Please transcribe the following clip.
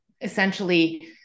essentially